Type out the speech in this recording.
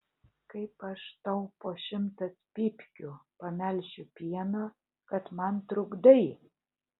kaip aš tau po šimtas pypkių pamelšiu pieno kad man trukdai